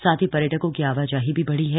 साथ ही पर्यटकों की आवाजाही भी बढ़ी है